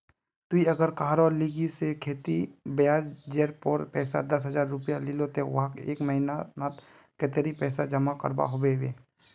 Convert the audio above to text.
ती अगर कहारो लिकी से खेती ब्याज जेर पोर पैसा दस हजार रुपया लिलो ते वाहक एक महीना नात कतेरी पैसा जमा करवा होबे बे?